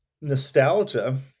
nostalgia